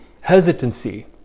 hesitancy